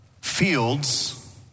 fields